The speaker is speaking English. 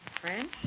French